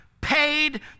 paid